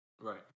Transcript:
Right